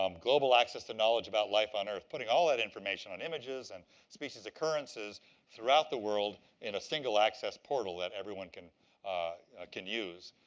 um global access to knowledge about life on earth. putting all that information on images and species occurrences throughout the world in a single-access portal that everyone can can use.